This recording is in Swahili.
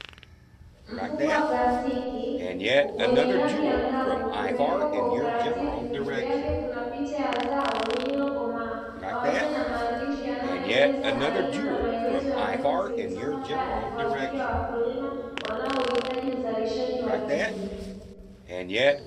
Mfuko wa plastiki wenye rangi angavu umewekwa kwa utaratibu juu yake kuna picha ya zao lililokomaa, pamoja na maandishi yanayoeleza aina na maelezo ya mbegu zilizomo ndani, kwa ajili ya wakulima wanaouhitaji uzalishaji wa tija.